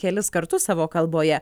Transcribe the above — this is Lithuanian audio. kelis kartus savo kalboje